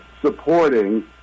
supporting